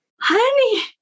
honey